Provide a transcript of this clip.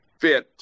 fit